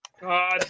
God